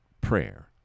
prayer